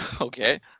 okay